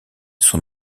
son